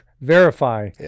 Verify